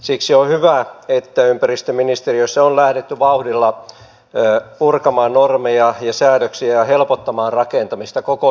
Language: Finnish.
siksi on hyvä että ympäristöministeriössä on lähdetty vauhdilla purkamaan normeja ja säädöksiä ja helpottamaan rakentamista koko suomessa